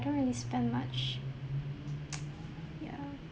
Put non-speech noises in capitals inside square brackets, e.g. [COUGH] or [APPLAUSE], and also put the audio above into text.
don't really spend much [NOISE] ya